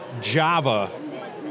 Java